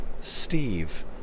Steve